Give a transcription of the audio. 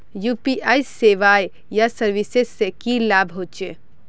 UPI सेवाएँ या services से की लाभ होचे?